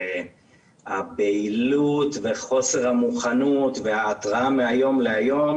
הבהילות וחוסר המוכנות וההתרעה מהיום להיום